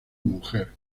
mujer